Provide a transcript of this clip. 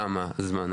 כמה זמן.